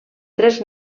tres